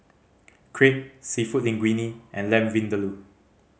Crepe Seafood Linguine and Lamb Vindaloo